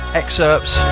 excerpts